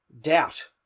doubt